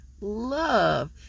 love